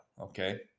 okay